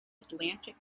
atlantic